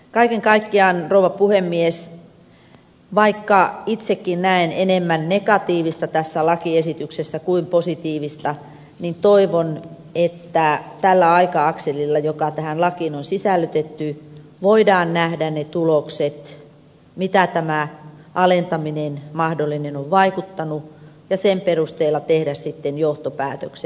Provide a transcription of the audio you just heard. kaiken kaikkiaan rouva puhemies vaikka itsekin näen tässä lakiesityksessä enemmän negatiivista kuin positiivista niin toivon että tällä aika akselilla joka tähän lakiin on sisällytetty voidaan nähdä ne tulokset mitä tämä mahdollinen alentaminen on vaikuttanut ja sitten voidaan sen perusteella tehdä johtopäätökset